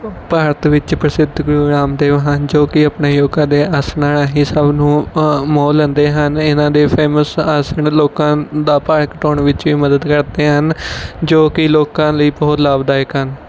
ਭਾਰਤ ਵਿੱਚ ਪ੍ਰਸਿੱਧ ਗੁਰੂ ਰਾਮਦੇਵ ਹਨ ਜੋ ਕਿ ਆਪਣੇ ਯੋਗਾ ਦੇ ਅਸਣਾ ਰਾਹੀ ਸਭ ਨੂੰ ਮੋਹ ਲੈਂਦੇ ਹਨ ਇਹਨਾਂ ਦੇ ਫੇਮਸ ਆਸਣ ਲੋਕਾਂ ਦਾ ਭਾਰ ਘਟਾਉਣ ਵਿੱਚ ਵੀ ਮਦਦ ਕਰਦੇ ਹਨ ਜੋ ਕਿ ਲੋਕਾਂ ਲਈ ਬਹੁਤ ਲਾਭਦਾਇਕ ਹਨ